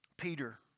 Peter